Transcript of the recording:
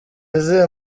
izihe